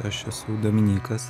aš esu dominykas